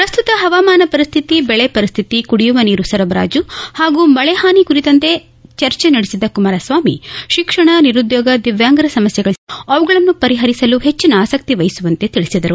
ಪ್ರಸ್ತುತ ಹವಾಮಾನ ಪರಿಸ್ಥಿತಿ ದೆಳೆ ಪರಿಸ್ಥಿತಿ ಕುಡಿಯುವ ನೀರು ಸರಬರಾಜು ಹಾಗೂ ಮಳೆ ಹಾನಿ ಕುರಿತಂತೆ ಕುರಿತಂತೆ ಚರ್ಚೆ ನಡೆಸಿದ ಕುಮಾರಸ್ವಾಮಿ ಶಿಕ್ಷಣ ನಿರುದ್ದೋಗ ದಿವ್ವಾಂಗರ ಸಮಸ್ವೆಗಳಿಗೆ ಸ್ಪಂದಿಸಿ ಅವುಗಳನ್ನು ಪರಿಹರಿಸಲು ಹೆಚ್ಚಿನ ಆಸಕ್ತಿ ವಹಿಸುವಂತೆ ತಿಳಿಸಿದರು